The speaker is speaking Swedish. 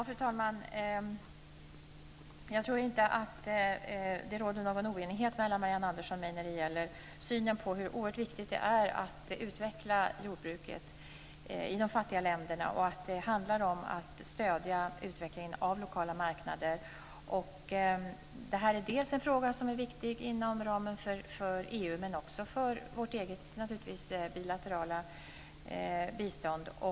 Fru talman! Jag tror inte att det råder någon oenighet mellan Marianne Andersson och mig om synen på hur viktigt det är att utveckla jordbruket i de fattiga länderna och om att det handlar om att stödja utvecklingen av lokala marknader. Det här en fråga som är viktig inom ramen för EU men också för vårt eget bilaterala bistånd.